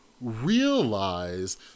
realize